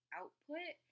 output